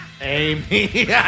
Amy